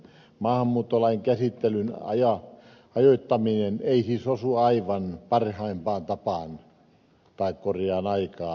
maahanmuuttolain käsittelyn ajoittaminen ei siis osu aivan parhaimpaan aikaan